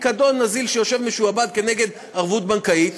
בפיקדון נזיל שיושב משועבד כנגד ערבות בנקאית,